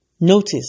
Notice